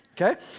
Okay